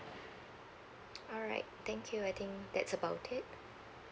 alright thank you I think that's about it